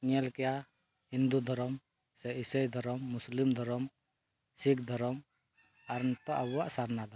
ᱧᱮᱞ ᱠᱮᱜᱼᱟ ᱦᱤᱱᱫᱩ ᱫᱷᱚᱨᱚᱢ ᱥᱮ ᱤᱥᱟᱹᱭ ᱫᱷᱚᱨᱚᱢ ᱢᱩᱥᱞᱤᱢ ᱫᱷᱚᱨᱚᱢ ᱥᱤᱠᱷ ᱫᱷᱚᱨᱚᱢ ᱟᱨ ᱱᱤᱛᱚᱜ ᱟᱵᱚᱣᱟᱜ ᱥᱟᱨᱱᱟ ᱫᱷᱚᱨᱚᱢ